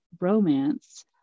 romance